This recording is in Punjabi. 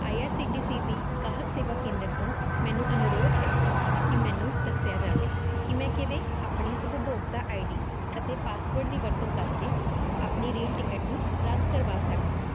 ਆਈ ਆਰ ਸੀ ਟੀ ਸੀ ਦੀ ਗਾਹਕ ਸੇਵਾ ਕੇਂਦਰ ਤੋਂ ਮੈਨੂੰ ਅਨੁਰੋਧ ਹੈ ਕਿ ਮੈਨੂੰ ਦੱਸਿਆ ਜਾਵੇ ਕਿ ਮੈਂ ਕਿਵੇਂ ਆਪਣੀ ਉਪਭੋਗਤਾ ਆਈ ਡੀ ਅਤੇ ਪਾਸਵਰਡ ਦੀ ਵਰਤੋਂ ਕਰਕੇ ਆਪਣੀ ਰੇਲ ਟਿਕਟ ਨੂੰ ਰੱਦ ਕਰਵਾ ਸਕਦੀ ਹਾਂ